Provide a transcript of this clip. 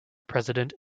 president